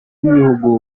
b’ibihugu